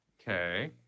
Okay